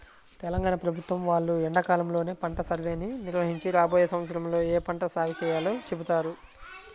తెలంగాణ ప్రభుత్వం వాళ్ళు ఎండాకాలంలోనే పంట సర్వేని నిర్వహించి రాబోయే సంవత్సరంలో ఏ పంట సాగు చేయాలో చెబుతారు